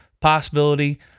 possibility